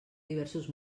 diversos